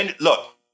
Look